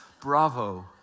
Bravo